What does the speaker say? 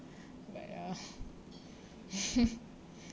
but ya